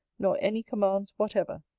nor any commands whatever.